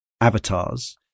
avatars